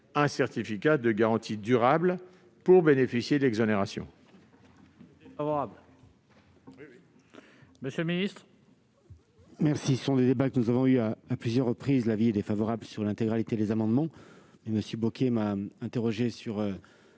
un certificat de garantie durable pour bénéficier de l'exonération